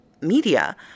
media